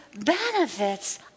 benefits